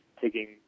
taking